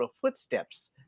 footsteps